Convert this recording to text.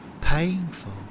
painful